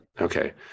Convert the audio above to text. Okay